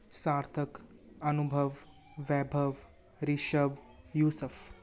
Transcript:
Sarthak Anubhav Vaibhav Rishav Yusuf